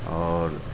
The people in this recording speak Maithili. आओर